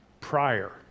prior